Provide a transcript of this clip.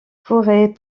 forêt